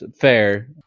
fair